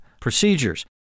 procedures